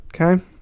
Okay